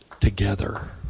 together